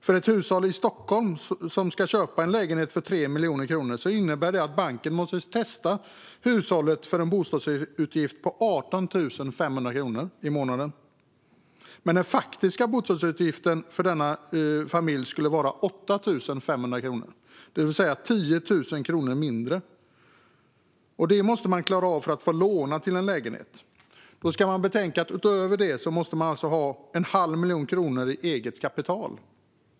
För ett hushåll i Stockholm som ska köpa en lägenhet för 3 miljoner kronor innebär det att banken måste testa hushållet för en bostadsutgift på 18 500 kronor i månaden. Men den faktiska bostadsutgiften för denna familj skulle vara 8 500 kronor, det vill säga 10 000 kronor mindre. Det måste man klara av för att få låna till en lägenhet. Betänk att man utöver detta alltså måste ha 1⁄2 miljon kronor i eget kapital.